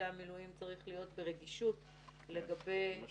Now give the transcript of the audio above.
וההתרשמות שלך יותר חזקה וחשובה מאשר לתת בזה